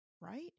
right